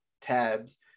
tabs